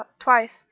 twice